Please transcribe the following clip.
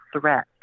threat